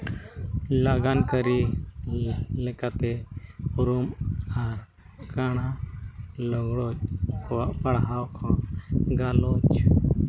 ᱞᱟᱜᱟᱱ ᱠᱟᱹᱨᱤ ᱞᱮᱠᱟᱛᱮ ᱟᱨ ᱠᱟᱬᱟ ᱞᱮᱸᱜᱽᱲᱚᱡ ᱠᱚ ᱯᱟᱲᱦᱟᱣ ᱠᱚ ᱜᱟᱞᱚᱪ